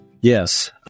Yes